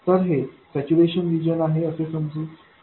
तर हे saturation region आहे असे समजू